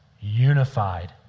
unified